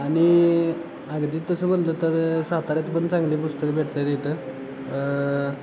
आणि अगदी तसं म्हटलं तर साताऱ्यात पण चांगली पुस्तकं भेटत आहेत तिथं